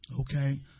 Okay